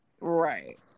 Right